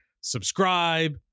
subscribe